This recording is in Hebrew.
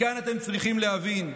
מכאן אתם צריכים להבין,